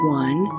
one